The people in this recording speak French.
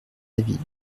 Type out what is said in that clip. avis